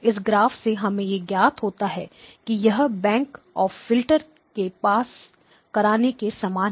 इस ग्राफ से हमें यह ज्ञात होता है कि यह बैंक ऑफ़ फिल्टर से पास कराने के समान है